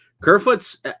Kerfoot's